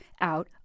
out